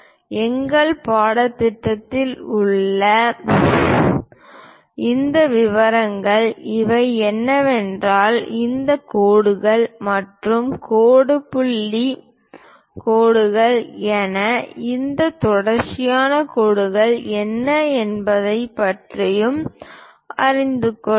எங்கள் பாடத்திட்டத்தின் உள்ளே உள்ள விவரங்கள் இவை என்னவென்றால் இந்த கோடுகள் மற்றும் கோடு புள்ளி கோடுகள் என்ன இந்த தொடர்ச்சியான கோடுகள் என்ன என்பதையும் பற்றி அறிந்து கொள்வோம்